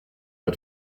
pas